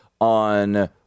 on